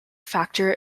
factor